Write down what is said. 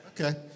Okay